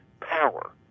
power